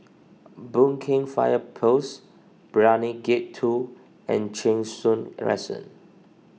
Boon Keng Fire Post Brani Gate two and Cheng Soon Crescent